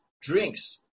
drinks